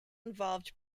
involved